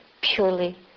purely